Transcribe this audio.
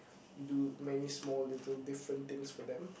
you do many small little different things for them